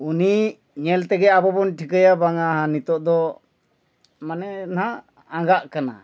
ᱩᱱᱤ ᱧᱮᱞ ᱛᱮᱜᱮ ᱟᱵᱚ ᱵᱚᱱ ᱴᱷᱤᱠᱟᱹᱭᱟ ᱵᱟᱝᱟ ᱱᱤᱛᱳᱜ ᱫᱚ ᱢᱟᱱᱮ ᱱᱟᱜ ᱟᱸᱜᱟᱜ ᱠᱟᱱᱟ